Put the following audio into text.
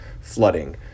flooding